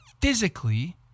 physically